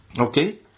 okay